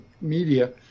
media